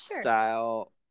style